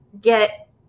get